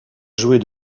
jouer